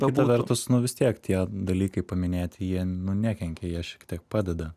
kita vertus nu vis tiek tie dalykai paminėti jie nu nekenkia jie šiek tiek padeda